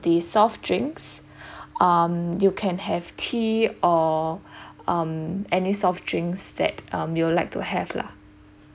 the soft drinks um you can have tea or um any soft drinks that um you like to have lah